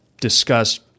discuss